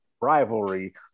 rivalry